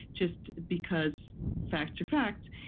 just because facts are facts,